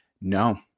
no